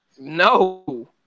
No